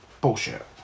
bullshit